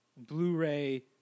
blu-ray